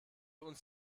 uns